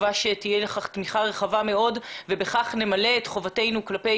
בתקווה שתהיה לכך תמיכה רחבה מאוד ובכך נמלא את חובתנו כלפי